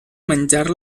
menjar